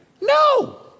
No